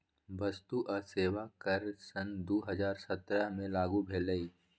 वस्तु आ सेवा कर सन दू हज़ार सत्रह से लागू भेलई